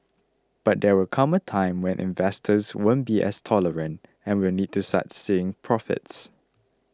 but there will come a time when investors won't be as tolerant and will need to start seeing profits